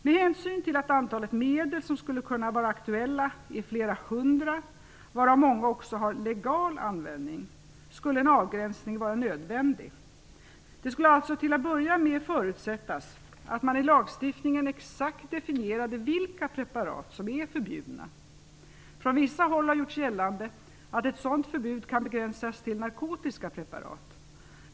Med hänsyn till att antalet medel som skulle kunna vara aktuella är flera hundra, varav många också har legal användning, skulle en avgränsning vara nödvändig. Det skulle alltså till att börja med förutsättas att man i lagstiftningen exakt definierade vilka preparat som är förbjudna. Från vissa håll har gjorts gällande att ett sådant förbud kan begränsas till narkotiska preparat.